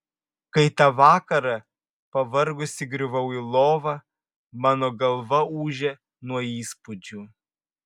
kai tą vakarą pavargusi griuvau į lovą mano galva ūžė nuo įspūdžių